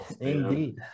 Indeed